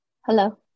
Hello